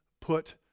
put